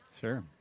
Sure